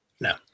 No